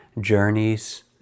journeys